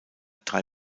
drei